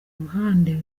ruhande